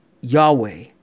Yahweh